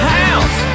house